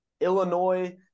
Illinois